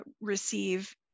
receive